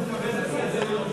אנחנו צריכים לקבל סדר-יום.